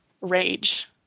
rage